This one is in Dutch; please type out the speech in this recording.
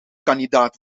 kandidaat